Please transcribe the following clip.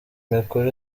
mikuru